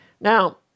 Now